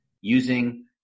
using